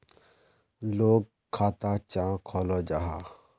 लोग खाता चाँ खोलो जाहा?